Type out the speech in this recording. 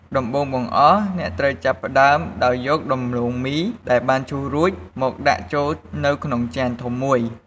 ដំបូងបង្អស់ អ្នកត្រូវចាប់ផ្តើមដោយយក ដំឡូងមីដែលបានឈូសរួច មកដាក់ចូលនៅក្នុងចានធំមួយ។